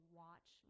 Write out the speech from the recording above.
watch